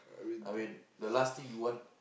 I mean the last thing you want